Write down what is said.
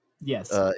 Yes